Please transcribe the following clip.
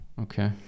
okay